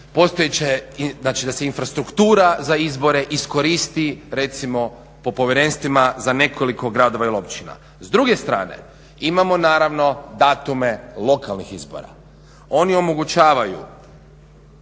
postojeće znači da se infrastruktura za izbore iskoristi recimo po povjerenstvima za nekoliko gradova ili općina. S druge strane imamo naravno datume lokalnih izbora. Oni omogućavaju